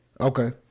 Okay